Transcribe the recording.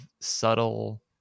subtle